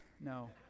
No